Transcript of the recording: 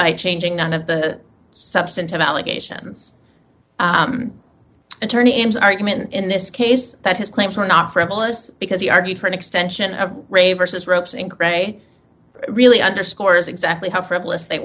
e changing none of the substantive allegations attorney aims argument in this case that his claims were not frivolous because he argued for an extension of re versus ropes and gray really underscores exactly how frivolous they